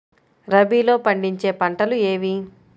రబీలో పండించే పంటలు ఏవి?